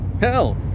Hell